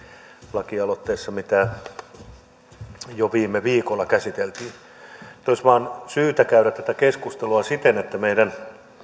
lakialoitteessa kuin mitä jo viime viikolla käsiteltiin nyt olisi vaan syytä käydä tätä keskustelua siten että meidän